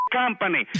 company